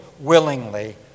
willingly